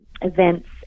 events